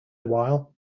while